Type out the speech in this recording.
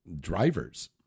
drivers